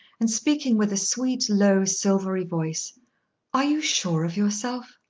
and speaking with a sweet, low, silvery voice are you sure of yourself?